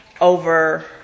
over